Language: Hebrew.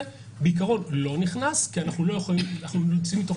בעיקרון לא נכנס כי אנחנו יוצאים מתוך